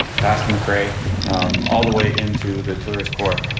past mccray all the way into the court.